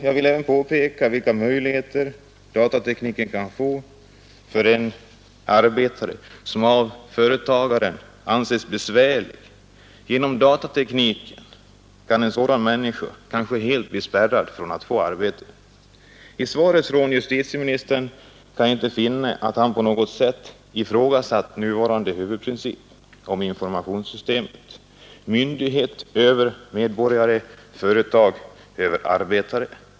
Jag vill även påpeka vilka möjligheter datatekniken kan få för en arbetare som av företagaren anses besvärlig. Genom datatekniken kan en sådan människa kanske bli helt spärrad från arbete. I svaret från justitieministern kan jag inte finna att han på något sätt ifrågasatt nuvarande huvudprincip om informationsystemet: myndighet över medborgare, företag över arbetare.